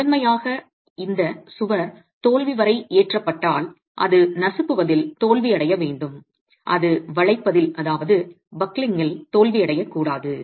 முதன்மையாக இந்த சுவர் தோல்வி வரை ஏற்றப்பட்டால் அது நசுக்குவதில் தோல்வி அடைய வேண்டும் அது வளைப்பதில் தோல்வியடையக்கூடாது